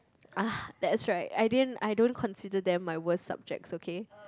ah that's right I didn't I don't consider them my worst subjects okay